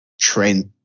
Trent